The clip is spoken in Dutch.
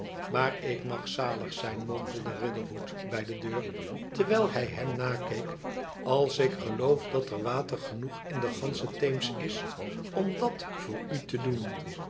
maar ik mag zalig zijn mompelde riderhood bij de deur terwijl hij hem nakeek als lk geloof dat er water genoeg in de gansche theems is om dat voor u te doen